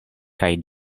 kaj